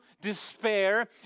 despair